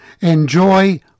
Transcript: enjoy